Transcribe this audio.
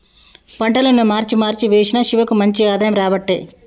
పంటలను మార్చి మార్చి వేశిన శివకు మంచి ఆదాయం రాబట్టే